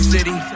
City